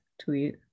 tweet